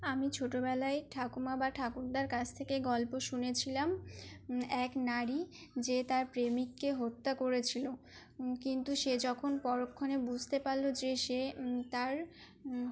আমি ছোটোবেলায় ঠাকুমা বা ঠাকুরদার কাছ থেকে গল্প শুনেছিলাম এক নারী যে তার প্রেমিককে হত্যা করেছিল কিন্তু সে যখন পরক্ষণে বুঝতে পারলো যে সে তার